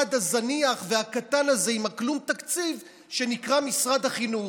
המשרד הזניח והקטן הזה עם הכלום-תקציב שנקרא משרד החינוך.